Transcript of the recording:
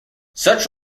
such